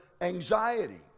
anxiety